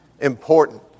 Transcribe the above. important